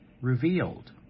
revealed